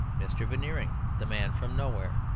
mr. veneering, the man from nowhere,